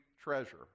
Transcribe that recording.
Treasure